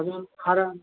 अजून हार